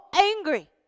angry